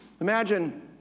imagine